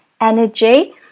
energy